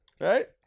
Right